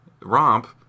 romp